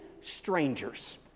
strangers